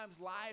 life